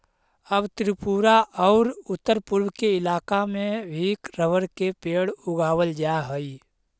अब त्रिपुरा औउर उत्तरपूर्व के इलाका में भी रबर के पेड़ उगावल जा हई